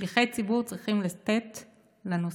ששליחי ציבור צריכים לתת לנושא.